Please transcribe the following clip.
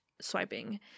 swiping